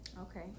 Okay